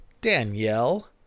Danielle